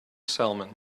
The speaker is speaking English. salmon